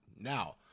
Now